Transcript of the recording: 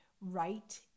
write